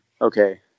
okay